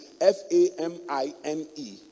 F-A-M-I-N-E